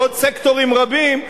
ועוד סקטורים רבים,